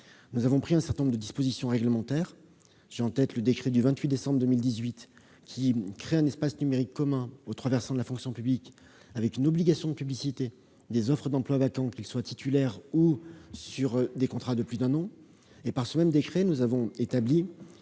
nous avons pris un certain nombre de dispositions réglementaires, parmi lesquelles le décret du 28 décembre 2018, qui met en place un espace numérique commun aux trois versants de la fonction publique, avec une obligation de publicité des offres d'emplois vacants, qu'il s'agisse de postes de titulaires ou de contrats de plus d'un an. Par ce même décret, nous avons établi